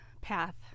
path